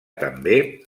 també